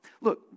look